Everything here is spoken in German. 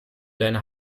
deine